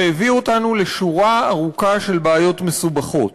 והביא אותנו לשורה ארוכה של בעיות מסובכות.